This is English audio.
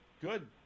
Good